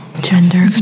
gender